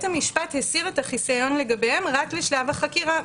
המשפט הסיר את החיסיון לגביהם רק לשלב החקירה.